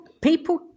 people